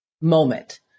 moment